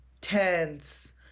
tense